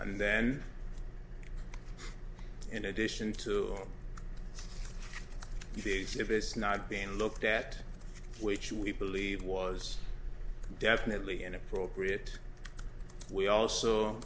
and then in addition to these if it's not being looked at which we believe was definitely inappropriate we also